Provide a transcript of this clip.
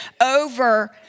over